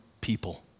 people